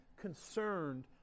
concerned